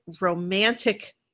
romantic